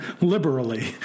liberally